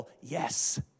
yes